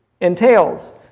entails